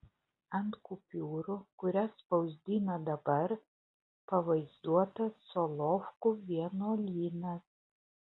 ant kupiūrų kurias spausdina dabar pavaizduotas solovkų vienuolynas